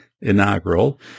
inaugural